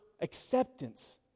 acceptance